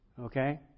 Okay